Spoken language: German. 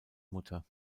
mutter